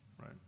right